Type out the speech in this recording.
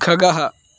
खगः